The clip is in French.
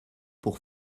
pour